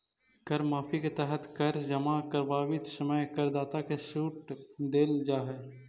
कर माफी के तहत कर जमा करवावित समय करदाता के सूट देल जाऽ हई